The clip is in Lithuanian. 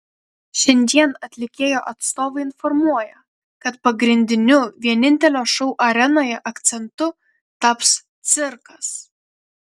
šiandien atlikėjo atstovai informuoja kad pagrindiniu vienintelio šou arenoje akcentu taps cirkas